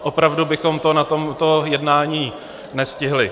Opravdu bychom to na tomto jednání nestihli.